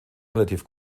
relativ